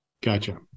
Gotcha